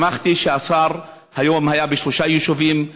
שמחתי שהשר היה היום בשלושה יישובים,